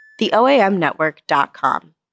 TheOAMNetwork.com